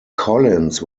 collins